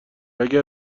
اگر